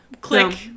click